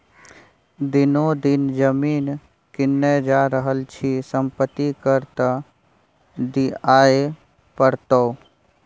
दिनो दिन जमीन किनने जा रहल छी संपत्ति कर त दिअइये पड़तौ